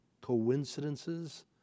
coincidences